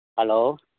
hello